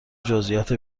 جزییات